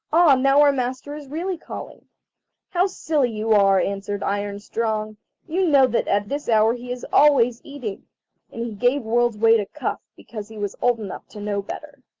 ah, now our master is really calling how silly you are answered iron-strong you know that at this hour he is always eating and he gave world's-weight a cuff, because he was old enough to know better.